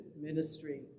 ministry